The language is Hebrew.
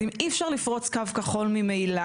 אז אם אי אפשר לפרוץ קו כחול ממילא,